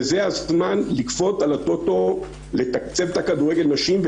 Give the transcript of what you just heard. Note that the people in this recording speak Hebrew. זה הזמן לכפות על הטוטו לתקצב את כדורגל נשים,